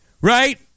right